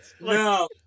no